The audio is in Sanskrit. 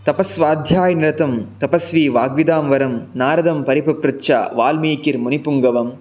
तपःस्वाध्यायनिरतं तपस्वी वाग्विदां वरं नारदं परिपप्रच्छ वाल्मीकिर्मुनिपुङ्गवम्